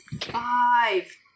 Five